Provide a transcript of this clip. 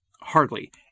Hardly